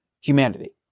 humanity